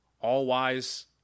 all-wise